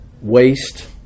waste